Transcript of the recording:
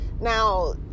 Now